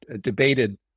debated